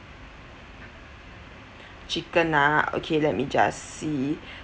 chicken ah okay let me just see